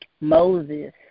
Moses